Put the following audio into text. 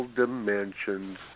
dimensions